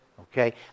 Okay